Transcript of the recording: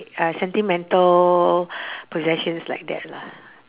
uh sentimental possessions like that lah